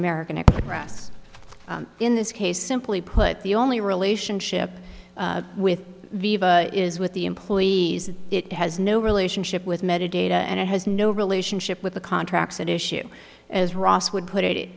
american express in this case simply put the only relationship with it is with the employees it has no relationship with metadata and it has no relationship with the contracts at issue as ross would put it